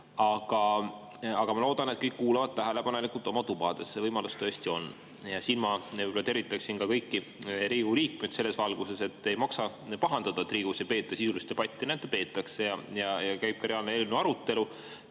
Aga ma loodan, et kõik kuulavad tähelepanelikult oma tubades, see võimalus tõesti on. Ja ma tervitaksin kõiki Riigikogu liikmeid selles valguses, et ei maksa pahandada, et Riigikogus ei peeta sisulist debatti. Näete, peetakse ja käib ka reaalne eelnõu arutelu,